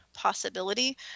Possibility